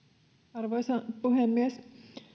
arvoisa puhemies